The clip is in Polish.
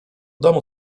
domu